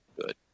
good